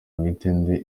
mwitende